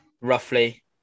Roughly